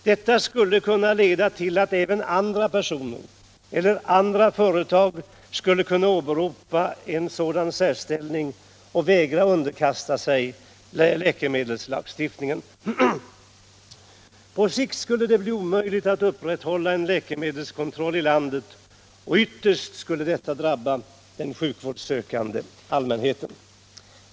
Den skulle kunna leda till att även andra personer eller företag skulle kunna begära en sådan särställning och vägra underkasta sig läkemedelslagstiftning. På sikt skulle det bli omöjligt att upprätthålla en läkemedelskontroll i landet, och ytterst skulle detta drabba den sjukvårdssökande allmänheten.